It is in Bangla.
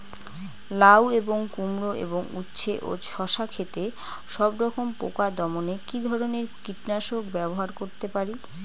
লাউ এবং কুমড়ো এবং উচ্ছে ও শসা ক্ষেতে সবরকম পোকা দমনে কী ধরনের কীটনাশক ব্যবহার করতে পারি?